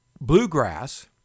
bluegrass